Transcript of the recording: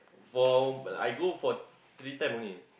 for but I go for three time only